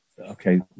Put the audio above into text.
okay